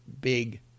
Big